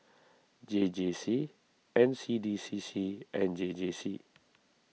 J J C N C D C C and J J C